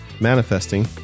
manifesting